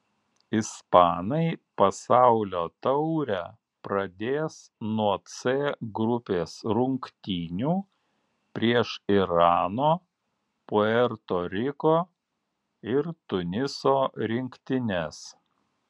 ispanai pasaulio taurę pradės nuo c grupės rungtynių prieš irano puerto riko ir tuniso rinktines